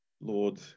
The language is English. Lord